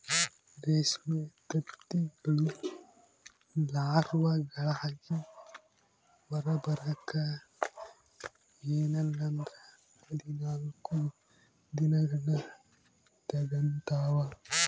ರೇಷ್ಮೆ ತತ್ತಿಗಳು ಲಾರ್ವಾಗಳಾಗಿ ಹೊರಬರಕ ಎನ್ನಲ್ಲಂದ್ರ ಹದಿನಾಲ್ಕು ದಿನಗಳ್ನ ತೆಗಂತಾವ